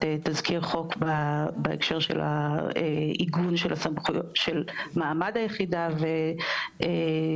תזכיר חוק בהקשר של העיגון של מעמד היחידה וסמכויותיה.